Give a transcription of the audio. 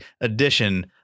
edition